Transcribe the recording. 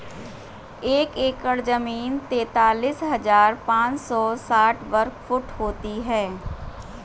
एक एकड़ जमीन तैंतालीस हजार पांच सौ साठ वर्ग फुट होती है